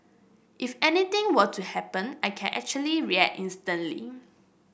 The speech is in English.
if anything were to happen I can actually react instantly